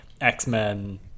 X-Men